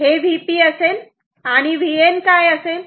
हे Vp असेल आणि Vn काय असेल